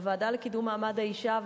בוועדה לקידום מעמד האשה,